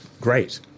great